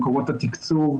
מקורות התקצוב,